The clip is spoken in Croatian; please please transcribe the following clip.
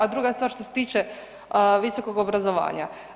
A druga stvar što se tiče visokog obrazovanja.